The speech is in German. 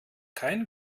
kein